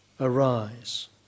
arise